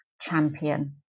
champion